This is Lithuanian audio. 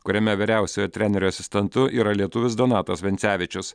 kuriame vyriausiojo trenerio asistentu yra lietuvis donatas vencevičius